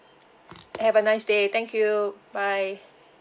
have a nice day thank you bye